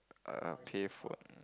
err payphone